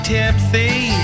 tipsy